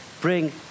bring